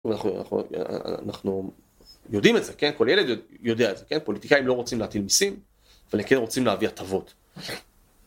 אנחנו יודעים את זה, כל ילד יודע את זה, פוליטיקאים לא רוצים להטיל מיסים, אבל הם כן רוצים להביא הטבות.